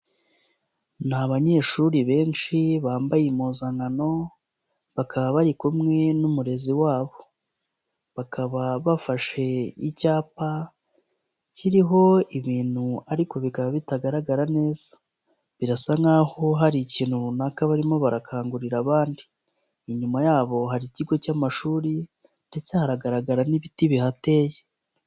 Ni abanyeshuri benshi bambaye impuzankano bakaba bari kumwe n'umurezi wabo bakaba bafashe icyapa kiriho ibintu ariko bikaba bitagaragara neza birasa nk'aho hari ikintu runaka barimo barakangurira abandi, inyuma yabo hari ikigo cy'amashuri ndetse haragaragara n'ibiti bihateye.